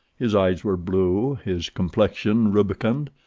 his eyes were blue, his complexion rubicund,